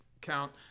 count